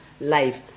life